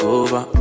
over